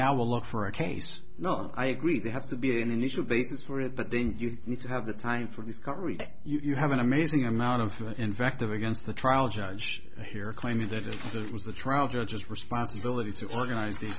now we'll look for a case not i agree they have to be an initial basis for it but then you need to have the time for discovery you have an amazing amount of invective against the trial judge here claiming that it was the trial judge's responsibility to organize these